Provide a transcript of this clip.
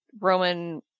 roman